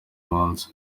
munsi